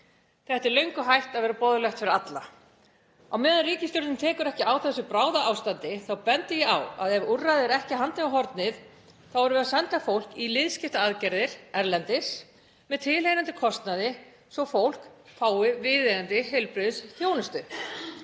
Þetta er löngu hætt að vera boðlegt fyrir alla. Á meðan ríkisstjórnin tekur ekki á þessu bráðaástandi þá bendi ég á að ef úrræði eru ekki handan við hornið þá erum við að senda fólk í liðskiptaaðgerðir erlendis með tilheyrandi kostnaði svo fólk fái viðeigandi heilbrigðisþjónustu.